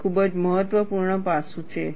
તે ખૂબ જ મહત્વપૂર્ણ પાસું છે